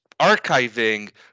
archiving